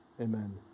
amen